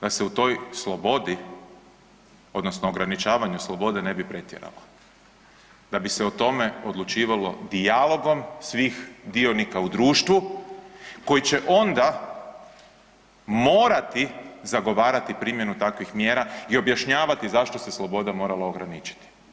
Da se u toj slobodi odnosno ograničavanju slobode ne bi pretjeralo, da bi se o tome odlučivalo dijalogom svih dionika u društvu koji će onda morati zagovarati primjenu takvih mjera i objašnjavati zašto se sloboda morala ograničiti.